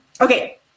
Okay